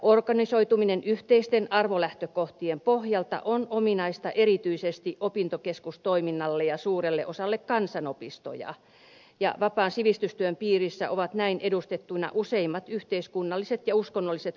organisoituminen yhteisten arvolähtökohtien pohjalta on ominaista erityisesti opintokeskustoiminnalle ja suurelle osalle kansanopistoja ja vapaan sivistystyön piirissä ovat näin edustettuina useimmat yhteiskunnalliset ja uskonnolliset kansanliikkeet